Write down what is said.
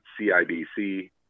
CIBC